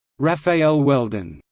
raphael weldon.